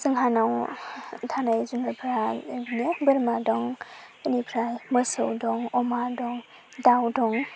जोंहानाव थानाय जुनादफोरा एदिनो बोरमा दं बिनिफ्राय मोसौ दं अमा दं दाव दं